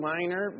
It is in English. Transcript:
minor